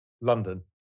London